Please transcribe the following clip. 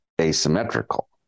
asymmetrical